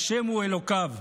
/ השם הוא אלוקיו".